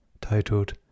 titled